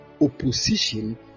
opposition